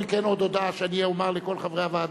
עוד הודעה שאני אומר לכל חברי הוועדה.